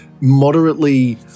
moderately